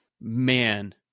man